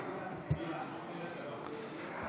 לוועדת החוץ והביטחון נתקבלה.